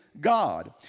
God